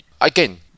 again